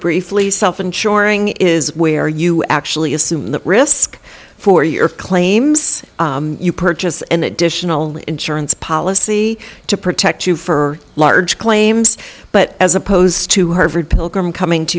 briefly self insuring is where you actually assume the risk for your claims you purchase an additional insurance policy to protect you for large claims but as opposed to harvard pilgrim coming to